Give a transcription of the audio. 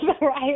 right